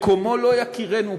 מקומו לא יכירנו פה.